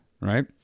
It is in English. right